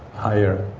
higher